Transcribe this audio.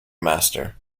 master